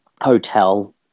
hotel